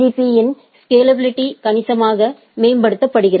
பீ யின் ஸ்கேலாபிலிட்டியை கணிசமாக மேம்படுத்துகிறது